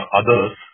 others